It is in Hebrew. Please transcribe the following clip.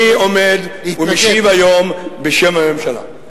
אני עומד ומשיב היום בשם הממשלה.